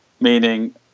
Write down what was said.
Meaning